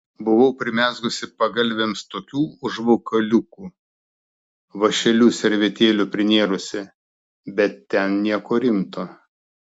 buvau primezgusi pagalvėms tokių užvalkaliukų vąšeliu servetėlių prinėrusi bet ten nieko rimto